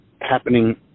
happening